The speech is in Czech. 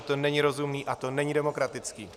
To není rozumné a to není demokratické.